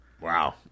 Wow